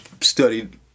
studied